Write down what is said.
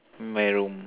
in my room